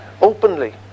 openly